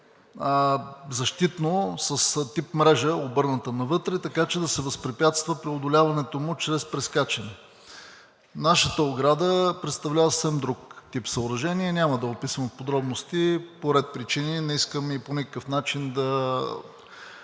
с тип мрежа, обърната навътре, така че да се възпрепятства преодоляването му чрез прескачане. Нашата ограда представлява съвсем друг тип съоръжение – няма да описвам в подробности по ред причини, не искам и по никакъв начин да